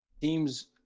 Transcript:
teams